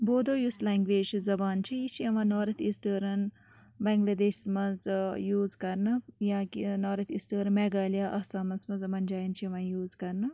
بودو یُس لینٛگویج چھِ زبان چھِ یہِ چھِ یِوان نارٕتھ ایٖسٹٔرٕن بنٛگلادیشس منٛز یوٗز کَرنہٕ یا کہِ نارٕتھ ایٖسٹٔرٕن میگھالیہ آسامَس یِمَن جایَن چھَ یِوان یہِ یوٗز کَرنہٕ